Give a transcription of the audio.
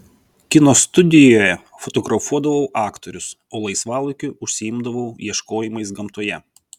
kino studijoje fotografuodavau aktorius o laisvalaikiu užsiimdavau ieškojimais gamtoje